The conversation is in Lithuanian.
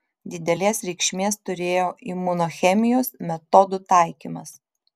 didelės reikšmės turėjo imunochemijos metodų taikymas